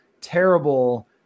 terrible